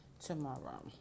tomorrow